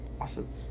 Awesome